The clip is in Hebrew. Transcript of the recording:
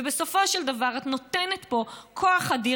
ובסופו של דבר את נותנת פה כוח אדיר.